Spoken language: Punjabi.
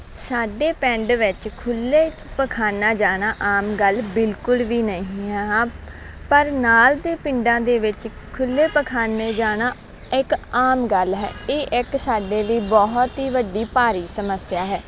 ਸਾਡੇ ਪਿੰਡ ਵਿੱਚ ਖੁੱਲੇ ਪਖਾਨਾ ਜਾਣਾ ਆਮ ਗੱਲ ਬਿਲਕੁਲ ਵੀ ਨਹੀਂ ਹੈ ਹਾਂ ਪਰ ਨਾਲ ਦੇ ਪਿੰਡਾਂ ਦੇ ਵਿੱਚ ਖੁੱਲੇ ਪਖਾਨੇ ਜਾਣਾ ਇਕ ਆਮ ਗੱਲ ਹੈ ਇਹ ਇੱਕ ਸਾਡੇ ਲਈ ਬਹੁਤ ਹੀ ਵੱਡੀ ਭਾਰੀ ਸਮੱਸਿਆ ਹੈ